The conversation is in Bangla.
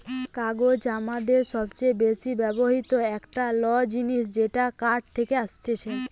কাগজ আমাদের সবচে বেশি ব্যবহৃত একটা ল জিনিস যেটা কাঠ থেকে আসছে